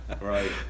right